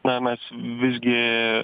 na mes visgi